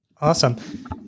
Awesome